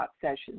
sessions